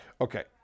Okay